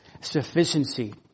sufficiency